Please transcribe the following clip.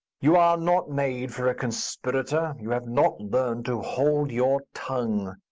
you are not made for a conspirator you have not learned to hold your tongue.